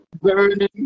burning